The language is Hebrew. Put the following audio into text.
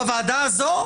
בוועדה הזאת?